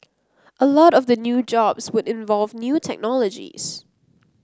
a lot of the new jobs would involve new technologies